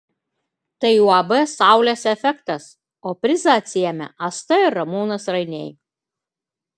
tai uab saulės efektas o prizą atsiėmė asta ir ramūnas rainiai